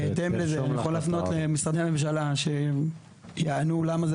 אני יכול להפנות שאלה למשרדי הממשלה שיענו למה זה